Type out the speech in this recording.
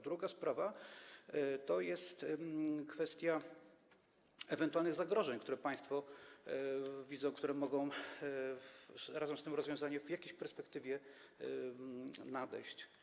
Druga sprawa to jest kwestia ewentualnych zagrożeń, które państwo widzą, które mogą razem z tym rozwiązaniem w jakiejś perspektywie nadejść.